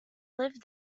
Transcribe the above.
lived